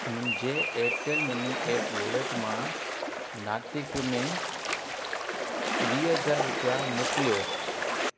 मुंहिंजे Airtel money app wallet मां नातिक में वीह हज़ार रुपिया मोकलियो